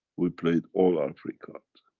we played all our free cards.